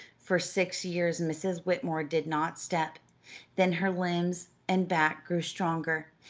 for six years mrs. whitmore did not step then her limbs and back grew stronger,